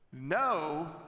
no